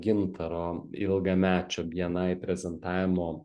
gintaro ilgamečio bni prezentavimo